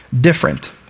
different